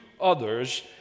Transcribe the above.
others